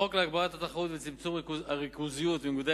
בחוק להגברת התחרות ולצמצום הריכוזיות וניגודי